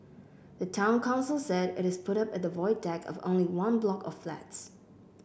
the town council said it is put up at the Void Deck of only one block of flats